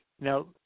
Now